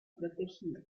protegido